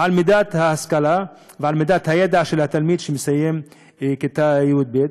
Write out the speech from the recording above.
למידת ההשכלה ולמידת הידע של תלמיד שמסיים כיתה י"ב.